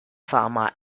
fama